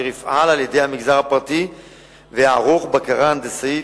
אשר יופעל על-ידי המגזר הפרטי ויערוך בקרה הנדסית